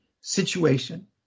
situation